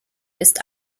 ist